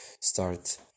start